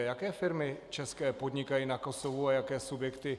Jaké firmy české podnikají na Kosovu a jaké subjekty?